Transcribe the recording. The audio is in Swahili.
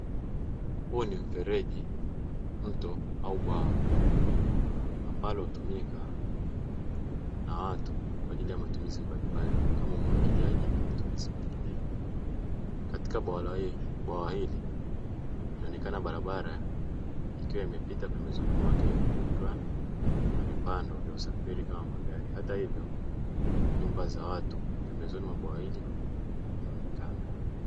Huu ni mfereji, mto au bwawa, ambalo hutumika na watu kwa ajili ya matumizi mbalimbali kama umwagiliaji na matumizi mengineyo. Katika bwawa hili inaonekana barabara ikiwa imepita pembezoni mwake, huku kukiwa na vipando vya usafiri kama magari. Hata hivyo, nyuma za watu pembezoni mwa bwawa hili inaonekana.